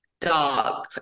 dark